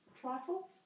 Trifle